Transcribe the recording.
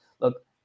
look